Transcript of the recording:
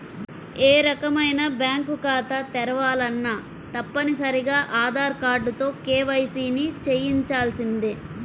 ఏ రకమైన బ్యేంకు ఖాతా తెరవాలన్నా తప్పనిసరిగా ఆధార్ కార్డుతో కేవైసీని చెయ్యించాల్సిందే